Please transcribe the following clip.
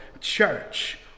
church